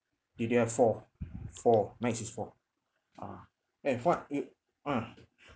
D_D_R four four nice is four ah eh fuad you ah